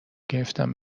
گرفتم